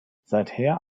seither